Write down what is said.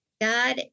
God